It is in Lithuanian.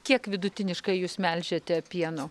kiek vidutiniškai jūs melžiate pieno